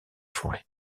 forêt